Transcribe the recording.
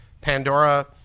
Pandora